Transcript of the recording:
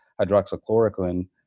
hydroxychloroquine